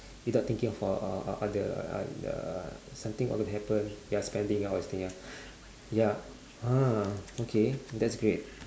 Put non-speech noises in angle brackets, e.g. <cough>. without thinking of uh other uh <noise> something what would happen ya spending all these thing ya !huh! okay that's great